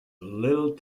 little